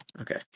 Okay